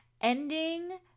ending